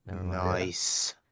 nice